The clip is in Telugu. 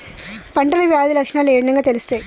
పంటలో వ్యాధి లక్షణాలు ఏ విధంగా తెలుస్తయి?